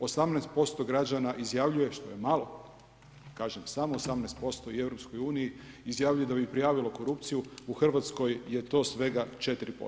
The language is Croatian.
18% građana izjavljuje što je malo, kažem samo 18% u EU izjavljuje da bi prijavilo korupciju, u Hrvatskoj je to svega 4%